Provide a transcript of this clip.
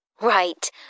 Right